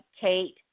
Kate